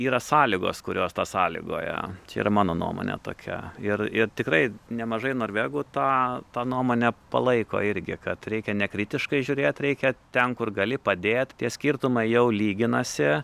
yra sąlygos kurios tą sąlygoja čia yra mano nuomonė tokia ir ir tikrai nemažai norvegų tą tą nuomonę palaiko irgi kad reikia nekritiškai žiūrėt reikia ten kur gali padėt tie skirtumai jau lyginasi